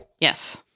Yes